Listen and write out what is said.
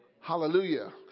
Hallelujah